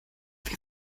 wir